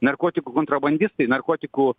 narkotikų kontrabandistai narkotikų